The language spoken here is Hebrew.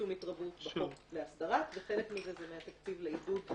התרבות לחוק ל --- וחלק מזה לעידוד בדרום.